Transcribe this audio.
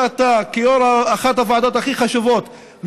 איך התקבלתי על ידי תושבי